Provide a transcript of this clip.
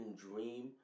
dream